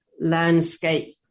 landscape